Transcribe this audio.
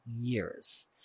years